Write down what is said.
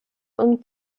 und